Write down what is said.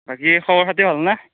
বাকী খবৰ খাতি ভালনে